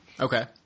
Okay